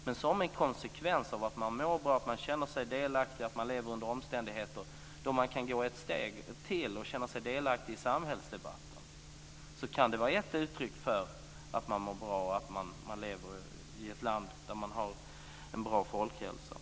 Men som en konsekvens av att man mår bra, att man känner sig delaktig, att man lever under omständigheter då man kan gå ett steg till och känna sig delaktig i samhällsdebatten kan det vara ett uttryck för att man mår bra och att man lever i ett land där man har en bra folkhälsa.